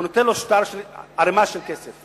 והוא נותן לו ערימה של כסף.